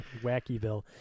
Wackyville